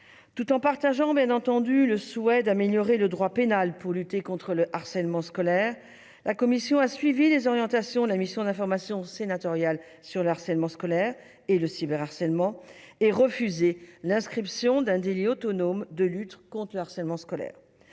Tout en partageant, bien entendu, le souhait d'améliorer le droit pénal pour lutter contre le harcèlement scolaire, la commission a suivi les orientations de la mission d'information sénatoriale sur le harcèlement scolaire et le cyberharcèlement, et refusé l'inscription dans la loi d'un délit autonome de harcèlement scolaire.